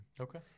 Okay